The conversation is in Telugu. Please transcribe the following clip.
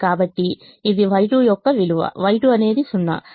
కాబట్టి ఇది Y2 యొక్క విలువ Y2 అనేది 0